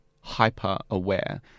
hyper-aware